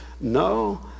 No